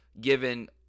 given